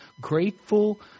grateful